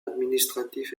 administratif